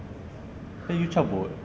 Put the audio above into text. then you cabut